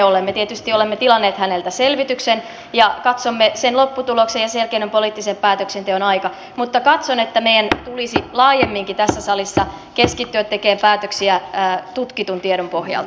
me tietysti olemme tilanneet häneltä selvityksen ja katsomme sen lopputuloksen ja sen jälkeen on poliittisen päätöksenteon aika mutta katson että meidän tulisi laajemminkin tässä salissa keskittyä tekemään päätöksiä tutkitun tiedon pohjalta